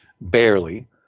Barely